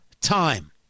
time